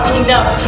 enough